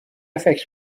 فکر